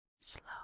Slow